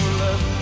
love